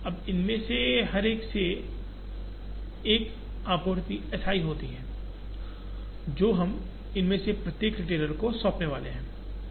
अब इनमें से हर एक से एक आपूर्ति S i होती है जो हम इनमें से प्रत्येक रिटेलर को सौंपने वाले हैं